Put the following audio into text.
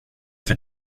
för